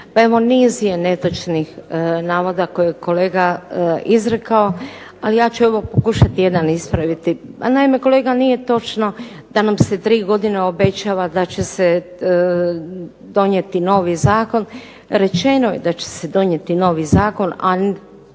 Pa evo niz je netočnih navoda koje je kolega izrekao, a ja ću evo pokušati jedan ispraviti. Naime kolega nije točno da nam se tri godine obećava da će se donijeti novi zakon. Rečeno je da će se novi zakon,